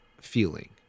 feeling